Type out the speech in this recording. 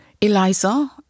Eliza